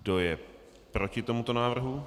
Kdo je proti tomuto návrhu?